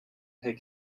pay